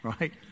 right